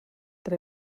that